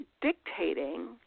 dictating